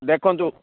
ଦେଖନ୍ତୁ